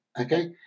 okay